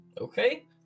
Okay